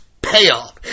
payoff